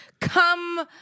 Come